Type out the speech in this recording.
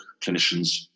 clinicians